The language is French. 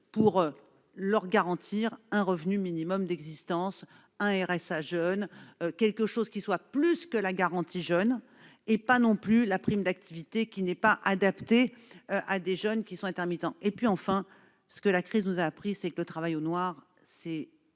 pour leur garantir un revenu minimum d'existence, un « RSA jeune », quelque chose qui soit plus que la garantie jeunes, mais pas non plus la prime d'activité, qui n'est pas adaptée à des jeunes qui sont intermittents. Enfin, la crise nous l'a appris, le travail au noir est